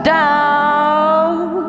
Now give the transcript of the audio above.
down